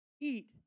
eat